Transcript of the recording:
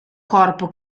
corpo